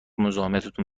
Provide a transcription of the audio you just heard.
مزاحمتتون